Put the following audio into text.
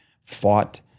fought